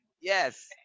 Yes